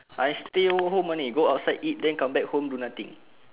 I stay home home only go outside eat then come back home do nothing